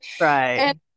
Right